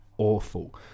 awful